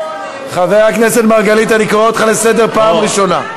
פורר, אני קורא אותך לסדר פעם שנייה.